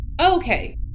Okay